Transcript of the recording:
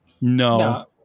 No